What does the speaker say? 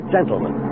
Gentlemen